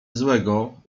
złego